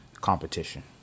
competition